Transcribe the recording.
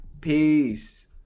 Peace